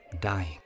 dying